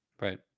right